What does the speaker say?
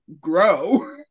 grow